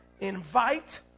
invite